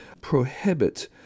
prohibit